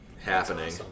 happening